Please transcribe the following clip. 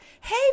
Hey